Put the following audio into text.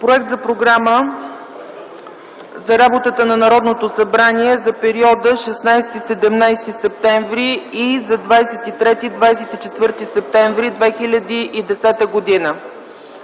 Проект за Програма за работата на Народното събрание за периода 16 17 септември и за 23-24 септември 2010 г.